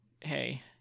hey